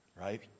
right